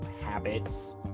habits